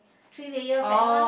three layer fats one